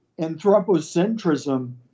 anthropocentrism